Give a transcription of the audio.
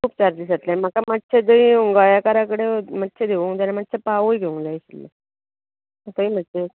खूब चार्जीस जातले आनी म्हाका मात्शे थंय गोंयांकरा कडेन मात्शे देवूंक जाय आनी मात्शे पांवूय घेवूंक जाय आसले